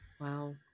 Wow